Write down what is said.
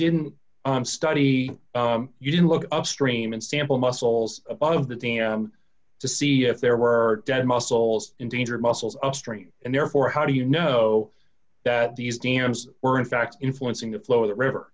didn't study you didn't look upstream and sample mussels above the team to see if there were dead mussels endangered mussels upstream and therefore how do you know that these dams were in fact influencing the flow of the river